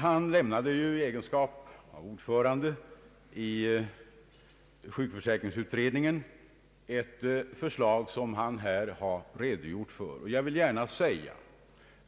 Han lämnade ju i egenskap av ordförande i sjukförsäkringsutredningen ett förslag som han här har redogjort för. Jag vill gärna säga